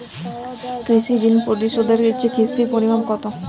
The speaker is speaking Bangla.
কৃষি ঋণ পরিশোধের কিস্তির পরিমাণ কতো?